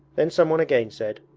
then someone again said,